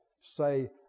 Say